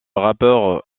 rappeur